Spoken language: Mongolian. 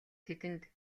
тэдэнд